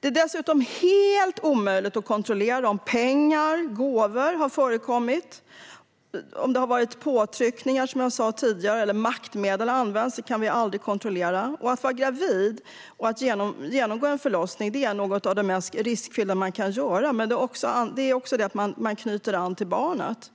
Det är dessutom helt omöjligt att kontrollera om pengar eller gåvor har förekommit. Om påtryckningar eller maktmedel har använts kan man aldrig kontrollera. Att vara gravid och genomgå en förlossning är något av det mest riskfyllda som man kan göra. Man knyter ju också an till barnet.